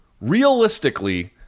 realistically